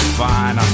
fine